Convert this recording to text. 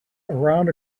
around